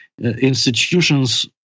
institutions